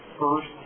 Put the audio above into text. first